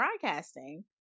broadcasting